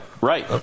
Right